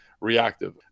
reactive